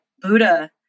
Buddha